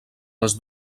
les